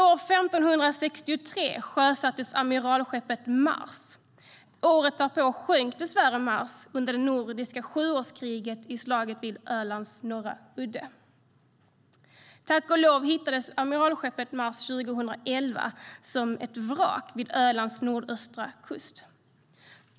År 1563 sjösattes amiralsskeppet Mars. Året därpå sjönk dessvärre Mars under det nordiska sjuårskriget i slaget vid Ölands norra udde. Tack och lov hittades amiralsskeppet Mars 2011 som ett vrak vid Ölands nordöstra kust.